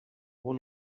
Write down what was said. bon